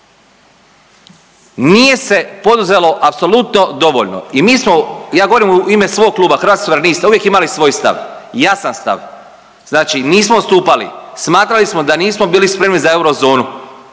Nije se poduzelo apsolutno dovoljno i mi smo, ja govorim u ime svog Kluba Hrvatskih suverenista uvijek imali svoj stav, jasan stav. Znači nismo odstupali, smatrali smo da nismo bili spremni za eurozonu